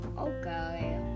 okay